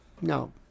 No